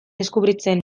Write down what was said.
deskubritzen